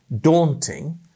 daunting